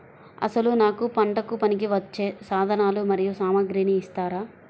అసలు నాకు పంటకు పనికివచ్చే సాధనాలు మరియు సామగ్రిని ఇస్తారా?